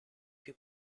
più